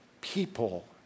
people